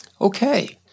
Okay